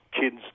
kids